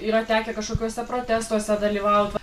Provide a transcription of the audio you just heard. yra tekę kažkokiuose protestuose dalyvaut